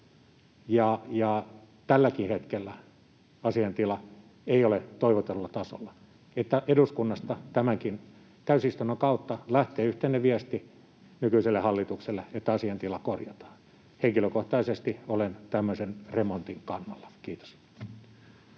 ole tälläkään hetkellä toivotulla tasolla, niin toivon, että eduskunnasta tämänkin täysistunnon kautta lähtee yhteinen viesti nykyiselle hallitukselle, että asiaintila korjataan. Henkilökohtaisesti olen tämmöisen remontin kannalla. — Kiitos.